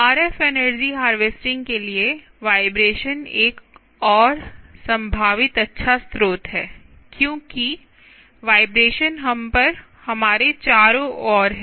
RF energy harvesting के लिए vibration एक और संभावित अच्छा स्रोत है क्योंकि वाइब्रेशन हम पर हमारे चारों ओर हैं